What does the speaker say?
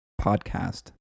podcast